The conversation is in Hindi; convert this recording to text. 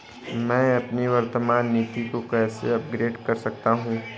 मैं अपनी वर्तमान नीति को कैसे अपग्रेड कर सकता हूँ?